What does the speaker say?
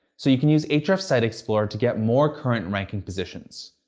so you can use ahrefs site explorer to get more current ranking positions.